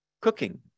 Cooking